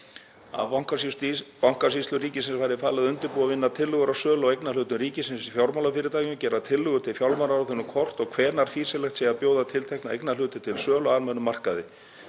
að Bankasýslu ríkisins væri falið að undirbúa að vinna tillögur um sölu á eignarhlutum ríkisins í fjármálafyrirtækjum, gera tillögu til fjármálaráðherra um hvort og hvenær fýsilegt væri að bjóða tiltekna eignarhluti til sölu á almennum markaði.